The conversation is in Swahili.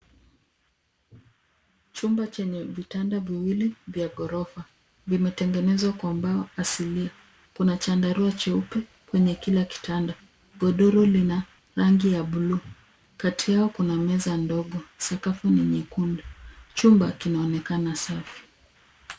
Chumba chenye vitanda viwili vya ghorofa. Vimetengenezwa kwa mbao asilia. Kuna chandarua cheupe kwenye kila kitanda. Godoro lina rangi ya buluu. Kati yao kuna meza ndogo. Sakafu ni nyekundu. Chumba kinaonekana safi.